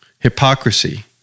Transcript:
hypocrisy